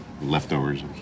Leftovers